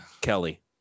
Kelly